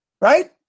Right